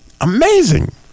amazing